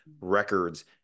records